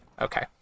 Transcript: Okay